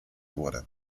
wurde